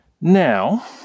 Now